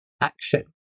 action